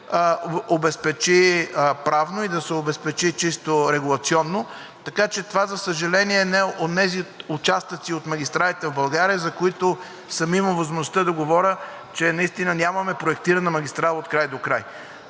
да се обезпечи правно и чисто регулационно. Така че това, за съжаление, е от онези участъци от магистралите в България, за които съм имал възможността да говоря, че наистина нямаме проектирана магистрала от край до край.